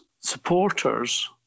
supporters